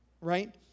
right